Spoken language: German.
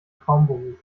traumberuf